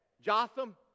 Jotham